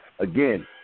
Again